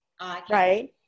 right